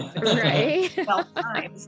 Right